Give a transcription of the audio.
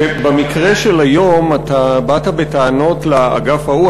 במקרה של היום באת בטענות לאגף ההוא.